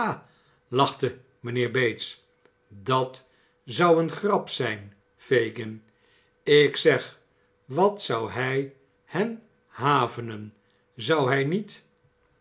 lachte mijnheer bates dat zou een grap zijn fagin ik zeg wat zou hij hen havenen zou hij niet